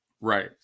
Right